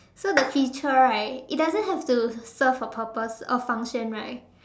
so the feature right it doesn't have to serve a purpose a function right